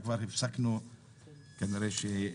כבר הפסקנו לספור,